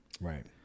Right